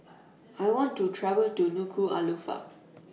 I want to travel to Nuku'Alofa